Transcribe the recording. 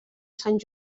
sant